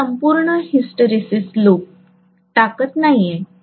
मी संपूर्ण hysteresis loop टाकत नाहीये